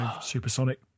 Supersonic